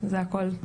זה הכול.